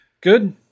Good